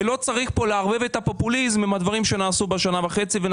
ולא צריך פה לערבב את הפופוליזם עם דברים שנעשו בשנה וחצי האחרונות,